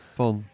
van